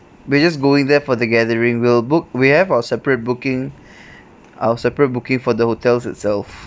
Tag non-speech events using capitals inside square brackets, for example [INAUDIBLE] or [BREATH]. we're just going there for the gathering we'll book we have our separate booking [BREATH] our separate booking for the hotels itself